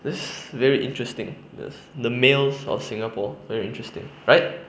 that's very interesting this the males of singapore very interesting right